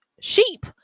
sheep